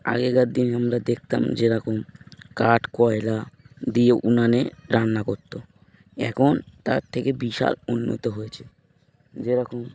আগেকার দিনে আমরা দেখতাম যেরকম কাঠ কয়লা দিয়ে উনানে রান্না করতো এখন তার থেকে বিশাল উন্নত হয়েছে যেরকম